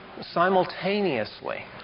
simultaneously